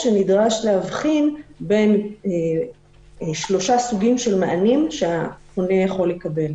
נדרשת הבחנה בין שלושה סוגים של מענים שהפונה יכול לקבל.